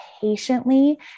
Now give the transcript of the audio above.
patiently